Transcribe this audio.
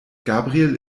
gabriel